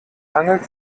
hangelt